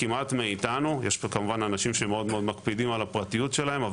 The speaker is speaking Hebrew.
יש פה כמובן אנשים שמאוד-מאוד מקפידים על הפרטיות שלהם,